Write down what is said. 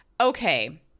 Okay